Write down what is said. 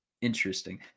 Interesting